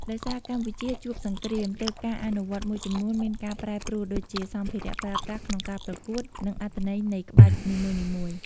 ដោយសារកម្ពុជាជួបសង្គ្រាម ទើបការអនុវត្តមួយចំនួនមានការប្រែប្រួល ដូចជា សំភារៈប្រើប្រាស់ក្នុងការប្រកួត និងអត្ថន័យនៃក្បាច់នីមួយៗ។